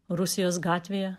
rusijos gatvėje